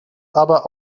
aber